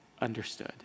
understood